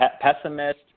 pessimist